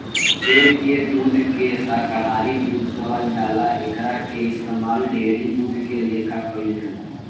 पेड़ के दूध के शाकाहारी दूध कहल जाला एकरा के इस्तमाल डेयरी दूध के लेखा कईल जाला